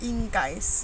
因该是